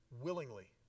willingly